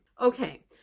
Okay